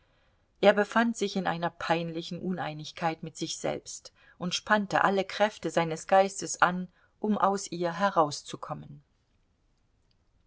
er befand sich in einer peinlichen uneinigkeit mit sich selbst und spannte alle kräfte seines geistes an um aus ihr herauszukommen